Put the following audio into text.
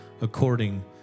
according